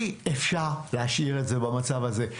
אי אפשר להשאיר את זה במצב הזה.